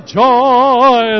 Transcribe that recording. joy